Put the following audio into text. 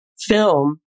film